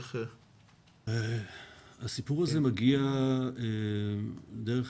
הסיפור הזה מגיע דרך